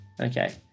Okay